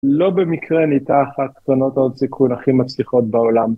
לא במקרה נהייתה אחת קרנות ההון סיכון הכי מצליחות בעולם.